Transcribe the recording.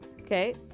Okay